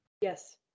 yes